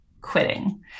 quitting